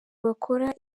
bakora